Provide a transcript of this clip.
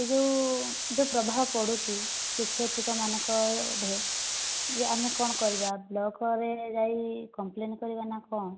ଏ ଯେଉଁ ଯେଉଁ ପ୍ରଭାବ ପଡ଼ୁଛି ଶିକ୍ଷୟତ୍ରୀଙ୍କ ମାନଙ୍କ ଉପରେ ଯେ ଆମେ କଣ କରିବା ବ୍ଲକ ରେ ଯାଇ କମ୍ପ୍ଲେନ କରିବା ନାଁ କଣ